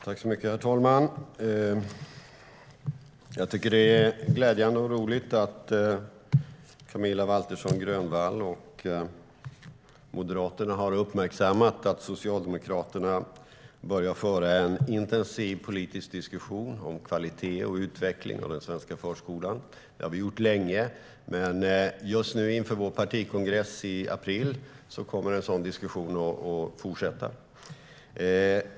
Herr talman! Jag tycker att det är glädjande och roligt att Camilla Waltersson Grönvall och Moderaterna har uppmärksammat att Socialdemokraterna börjar föra en intensiv politisk diskussion om kvalitet och utveckling i den svenska förskolan. Det har vi gjort länge, och inför vår partikongress i april kommer en sådan diskussion att fortsätta.